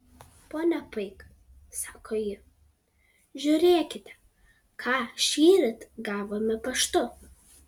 ponia paik sako ji žiūrėkite ką šįryt gavome paštu